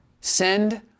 send